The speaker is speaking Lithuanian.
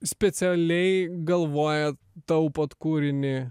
specialiai galvoja taupot kūrinį